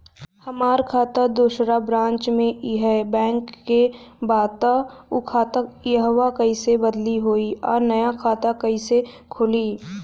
हमार खाता दोसर ब्रांच में इहे बैंक के बा त उ खाता इहवा कइसे बदली होई आ नया खाता कइसे खुली?